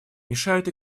мешают